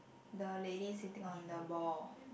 the lady sitting on the ball